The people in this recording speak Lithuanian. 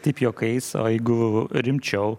taip juokais o jeigu rimčiau